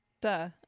duh